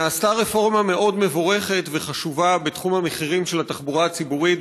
נעשתה רפורמה מאוד מבורכת וחשובה בתחום המחירים של התחבורה הציבורית,